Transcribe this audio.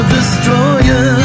Destroyer